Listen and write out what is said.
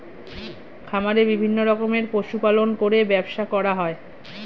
খামারে বিভিন্ন রকমের পশু পালন করে ব্যবসা করা হয়